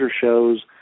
shows